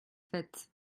faite